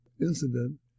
incident